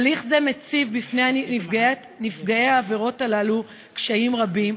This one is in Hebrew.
הליך זה מציב בפני נפגעי העבירות הללו קשיים רבים,